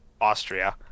Austria